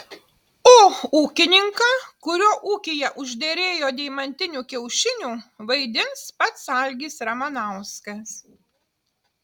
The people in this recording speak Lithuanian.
o ūkininką kurio ūkyje užderėjo deimantinių kiaušinių vaidins pats algis ramanauskas